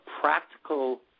practical